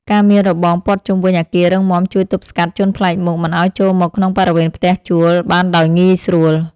ការមានរបងព័ទ្ធជុំវិញអគាររឹងមាំជួយទប់ស្កាត់ជនប្លែកមុខមិនឱ្យចូលមកក្នុងបរិវេណផ្ទះជួលបានដោយងាយស្រួល។